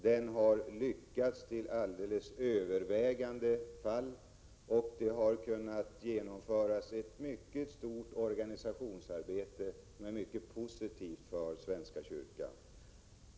Man har lyckats i den övervägande delen av fallen, och det har kunnat genomföras ett mycket stort organisationsarbete med mycket positivt för svenska kyrkan.